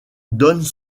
donnent